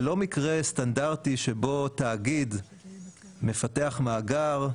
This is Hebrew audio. זה לא מקרה סטנדרטי שבו תאגיד מפתח מאגר,